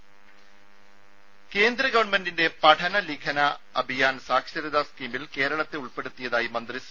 രംഭ കേന്ദ്ര ഗവൺമെന്റിൻെറ പഠന ലിഖനാ അഭിയാൻ സാക്ഷരതാ സ്കീമിൽ കേരളത്തെ ഉൾപ്പെടുത്തിയതായി മന്ത്രി സി